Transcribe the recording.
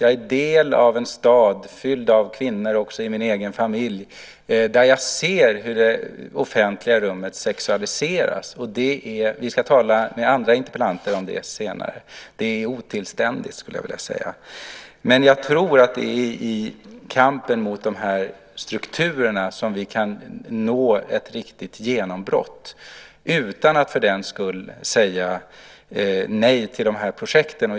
Jag tillhör en stad fylld av kvinnor - och så är det också min egen familj - där det offentliga rummet sexualiseras. Vi ska senare tala med andra interpellanter om detta. Jag skulle vilja säga att det är otillständigt, men jag tror att det är i kampen mot de här strukturerna som vi kan få ett riktigt genombrott utan att för den skull säga nej till de här projekten.